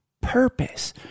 purpose